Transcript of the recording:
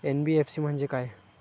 NBFC म्हणजे काय?